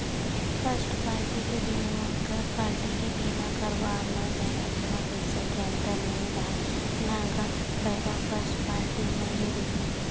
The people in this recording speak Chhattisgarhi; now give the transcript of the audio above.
फस्ट पारटी के बीमा अउ थर्ड पाल्टी के बीमा करवाब म जादा कोनो पइसा के अंतर नइ राहय न गा फायदा फस्ट पाल्टी म ही रहिथे